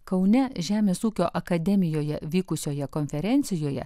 kaune žemės ūkio akademijoje vykusioje konferencijoje